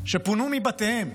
שפונו מבתיהם,